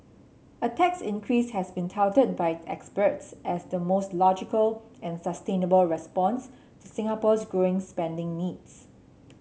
a tax increase has been touted by experts as the most logical and sustainable response to Singapore's growing spending needs